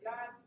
God